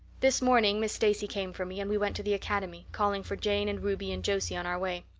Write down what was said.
this morning miss stacy came for me and we went to the academy, calling for jane and ruby and josie on our way.